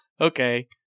Okay